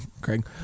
Craig